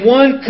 one